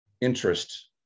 interest